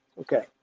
Okay